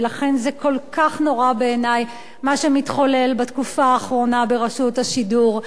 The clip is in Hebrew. ולכן כל כך נורא בעיני מה שמתחולל בתקופה האחרונה ברשות השידור.